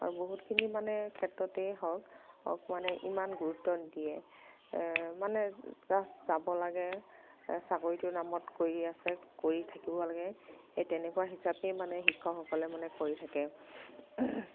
আৰু বহুতখিনি মানে ক্ষেত্ৰতেই হওক মানে ইমান গুৰুত্ব দিয়ে মানে জাষ্ট যাব লাগে চাকৰিটো নামত কৰি আছে কৰি থাকিব লাগে সেই তেনেকুৱা হিচাপেই মানে শিক্ষকসকলে মানে কৰি থাকে